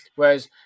Whereas